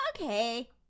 okay